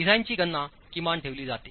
डिझाइनची गणना किमान ठेवली जाते